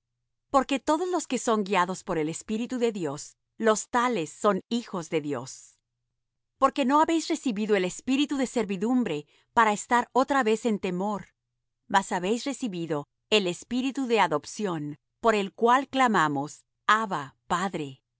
porque todos los que son guiados por el espíritu de dios los tales son hijos de dios porque no habéis recibido el espíritu de servidumbre para estar otra vez en temor mas habéis recibido el espíritu de adopción por el cual clamamos abba padre